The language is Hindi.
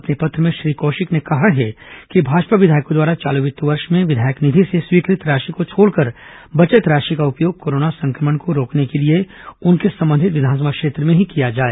अपने पत्र में श्री कौशिक ने कहा है कि भाजपा विधायकों द्वारा चालू वित्त वर्ष में विधायक निधि से स्वीकृत राशि को छोड़कर बचत राशि का उपयोग कोरोना संक्रमण को रोकने के लिए उनके संबंधित विधानसभा क्षेत्र में ही किया जाए